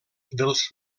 dels